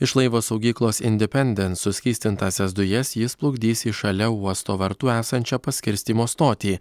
iš laivo saugyklos independen suskystintąsias dujas jis plukdys į šalia uosto vartų esančią paskirstymo stotį